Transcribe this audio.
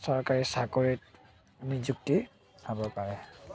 চৰকাৰী চাকৰিত আমি যোগ দি খাব পাৰে